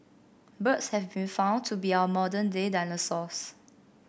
birds have been found to be our modern day dinosaurs